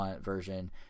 version